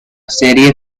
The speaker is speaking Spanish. serie